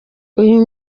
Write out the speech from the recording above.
uyu